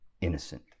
innocent